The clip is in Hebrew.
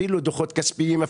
אפילו דוחות כספיים,